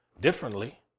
differently